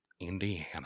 Indiana